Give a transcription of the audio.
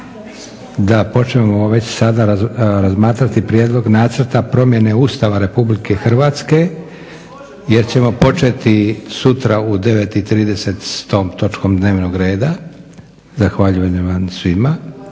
Da počnemo već sada razmatrati prijedlog nacrta promjene Ustava RH jer ćemo početi sutra u 9,30 s tom točkom dnevnog reda. Zahvaljujem vam svima.